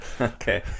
okay